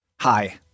Hi